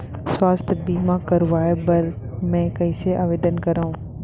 स्वास्थ्य बीमा करवाय बर मैं कइसे आवेदन करव?